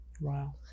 wow